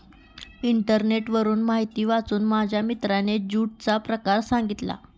इंटरनेटवरून माहिती वाचून माझ्या मित्राने ज्यूटचा प्रकार सांगितला